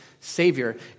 Savior